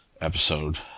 episode